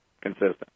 consistent